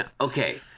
Okay